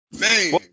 Man